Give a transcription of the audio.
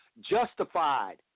justified